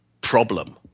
problem